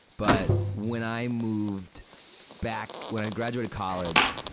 but, when i moved back, when i graduated college,